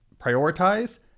prioritize